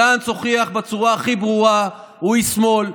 גנץ הוכיח בצורה הכי ברורה שהוא איש שמאל.